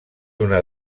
una